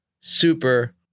Super